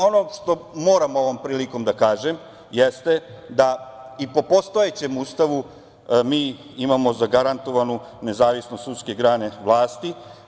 Ono što moram ovom prilikom da kažem jeste da i po postojećem Ustavu mi imamo zagarantovanu nezavisnost sudske grane vlasti.